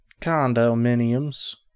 condominiums